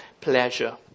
pleasure